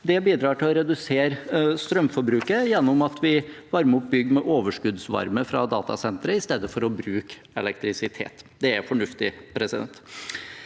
Det bidrar til å redusere strømforbruket gjennom at vi varmer opp bygg med overskuddsvarme fra datasenteret i stedet for å bruke elektrisitet. Det er fornuftig. Det